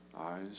eyes